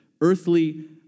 earthly